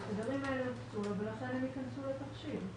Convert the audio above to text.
התדרים האלה הוקצו ובינתיים הם יכנסו לתחשיב.